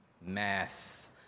Mass